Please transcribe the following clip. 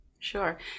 Sure